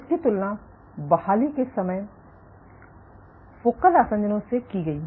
उसकी तुलना बहाली के समय फोकल आसंजनों से की गई